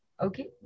Okay